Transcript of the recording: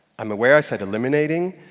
i'm aware i said eliminating.